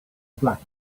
black